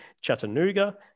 Chattanooga